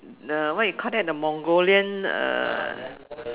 the what you call that the Mongolian uh